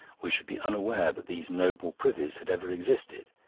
we should be unaware that these noble privies had ever existed.